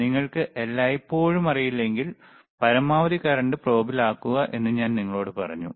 നിങ്ങൾക്ക് എല്ലായ്പ്പോഴും അറിയില്ലെങ്കിൽ പരമാവധി കറൻറ് പ്രോബ്ൽ ആക്കുക എന്ന് ഞാൻ നിങ്ങളോട് പറഞ്ഞു